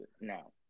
No